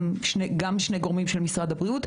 גם שני גורמים של משרד הבריאות,